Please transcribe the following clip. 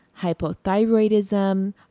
hypothyroidism